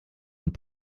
und